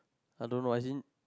I don't know I seen